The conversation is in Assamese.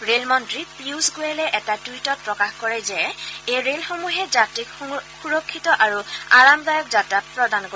ৰেল মন্ত্ৰী পীয়ুষ গোৱেলে এটা টুইটত প্ৰকাশ কৰে যে এই ৰেলসমূহে যাত্ৰীক সুৰক্ষিত আৰু আৰামদায়ক যাত্ৰা প্ৰদান কৰিব